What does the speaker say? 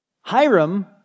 Hiram